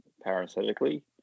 parenthetically